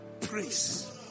praise